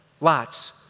Lots